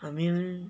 I mean